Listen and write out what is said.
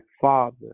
Father